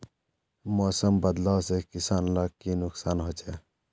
मौसम बदलाव से किसान लाक की नुकसान होचे?